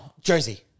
Jersey